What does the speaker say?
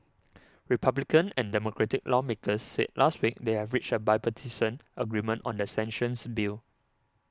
Republican and Democratic lawmakers said last week they had reached a bipartisan agreement on the sanctions bill